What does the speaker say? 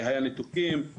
היה ניתוקים.